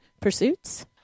pursuits